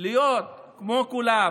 להיות כמו כולם